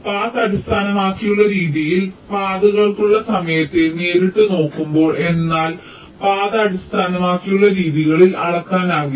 path അടിസ്ഥാനമാക്കിയുള്ള രീതികൾ പാതകൾക്കുള്ള സമയത്തെ നേരിട്ട് നോക്കുമ്പോൾ എന്നാൽ പാത അടിസ്ഥാനമാക്കിയുള്ള രീതികൾ അളക്കാനാകില്ല